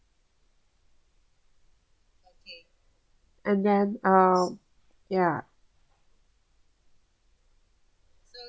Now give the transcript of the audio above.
and then um ya